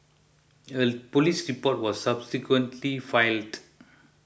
a police report was subsequently filed